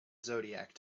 zodiac